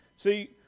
See